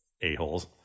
A-holes